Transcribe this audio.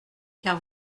car